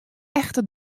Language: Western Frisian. echte